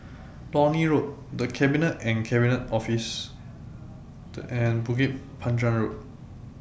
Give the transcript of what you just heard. Lornie Road The Cabinet and Cabinet Office and Bukit Panjang Road